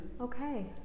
okay